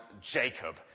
Jacob